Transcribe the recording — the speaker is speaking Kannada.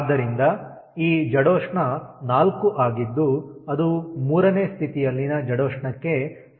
ಆದ್ದರಿಂದ ಈ ಜಡೋಷ್ಣ 4 ಆಗಿದ್ದು ಅದು 3ನೇ ಸ್ಥಿತಿಯಲ್ಲಿನ ಜಡೋಷ್ಣಕ್ಕೆ ಸಮಾನವಾಗಿರುತ್ತದೆ